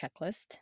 checklist